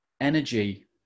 Energy